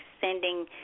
sending